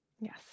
Yes